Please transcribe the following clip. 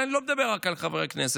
אני לא מדבר רק על חברי כנסת,